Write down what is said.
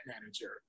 manager